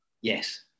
Yes